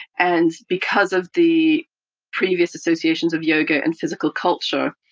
and because of the previous associations of yoga and physical culture,